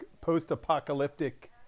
post-apocalyptic